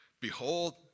Behold